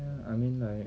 ya I mean like